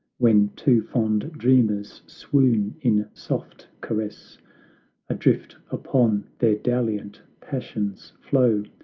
when two fond dreamers swoon in soft caress adrift upon their dalliant passions flow,